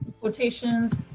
quotations